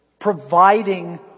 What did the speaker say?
providing